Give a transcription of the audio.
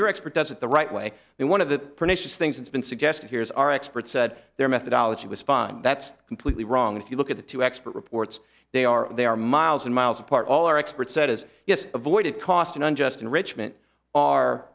your expert does it the right way and one of the pernicious things that's been suggested here is our expert said their methodology was fine that's completely wrong if you look at the two expert reports they are they are miles and miles apart all our expert said is yes avoided cost and unjust enrichment